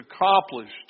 accomplished